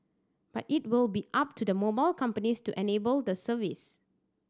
but it will be up to the mobile companies to enable the service